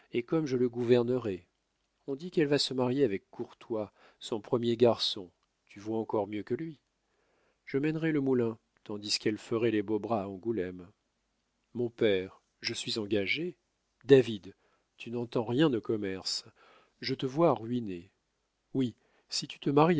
et comme je le gouvernerais on dit qu'elle va se marier avec courtois son premier garçon tu vaux encore mieux que lui je mènerais le moulin tandis qu'elle ferait les beaux bras à angoulême mon père je suis engagé david tu n'entends rien au commerce je te vois ruiné oui si tu te